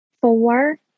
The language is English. four